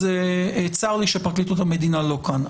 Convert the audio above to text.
צר לי שפרקליטות המדינה לא כאן.